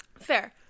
Fair